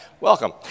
Welcome